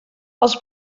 els